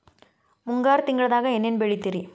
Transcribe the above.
ಮುಂಗಾರು ತಿಂಗಳದಾಗ ಏನ್ ಬೆಳಿತಿರಿ?